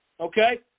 Okay